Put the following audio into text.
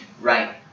right